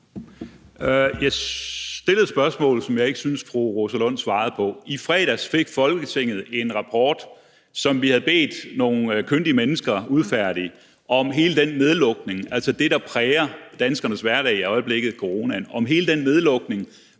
Jeg stillede et spørgsmål, som jeg ikke synes at fru Rosa Lund svarede på. I fredags fik Folketinget en rapport, som vi har bedt nogle kyndige mennesker udfærdige, om, hvorvidt hele den nedlukning – altså det, der præger danskernes hverdag i øjeblikket, nemlig coronaen – som kom der i